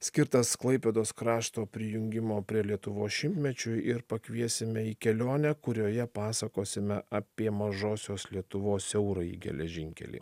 skirtas klaipėdos krašto prijungimo prie lietuvos šimtmečiui ir pakviesime į kelionę kurioje pasakosime apie mažosios lietuvos siaurąjį geležinkelį